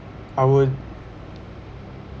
I would